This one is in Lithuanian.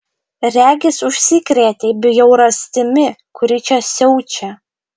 regis užsikrėtei bjaurastimi kuri čia siaučia